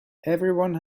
everyone